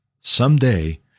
Someday